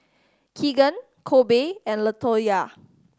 Kegan Kobe and Latoyia